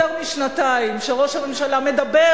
יותר משנתיים ראש הממשלה מדבר,